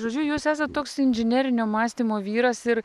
žodžiu jūs esat toks inžinerinio mąstymo vyras ir